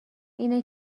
اینه